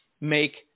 make